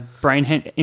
brain